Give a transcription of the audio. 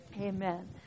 Amen